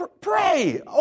pray